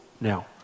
now